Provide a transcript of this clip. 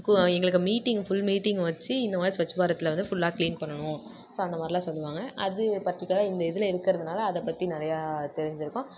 கோ எங்களுக்கு meeting full மீட்டிங்க வச்சு இந்த மாரி ஸ்வச் பாரத்தில் வந்து ஃபுல்லாக க்ளீன் பண்ணணும் ஸோ அந்த மாரிலாம் சொல்லுவாங்க அது பர்டிகுலராக இந்த இதில் இருக்கறதுனால அதை பற்றி நிறையா தெரிஞ்சிருக்கும்